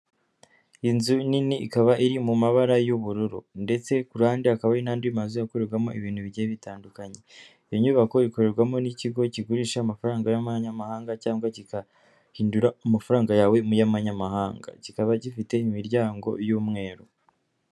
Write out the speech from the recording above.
Inzu nini ikaba iri mu mabara y'ubururu ndetse ku ruhande hakaba hari n'andi mazu akorerwamo ibintu bigiye bitandukanye, iyo nyubako ikorerwamo n'ikigo kigurisha amafaranga y'amanyamahanga cyangwa kikahindura amafaranga yawe mu y'amanyamahanga, kikaba gifite imiryango y'umweru.